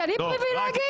אני פריבילגית?